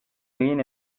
egin